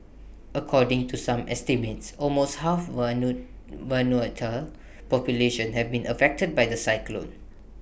according to some estimates almost half Vanuatu's population have been affected by the cyclone